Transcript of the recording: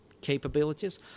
capabilities